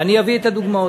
אני אביא את הדוגמאות.